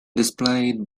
displayed